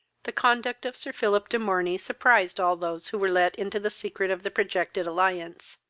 the conduct of sir philip de morney surprised all those who were let into the secret of the projected alliance.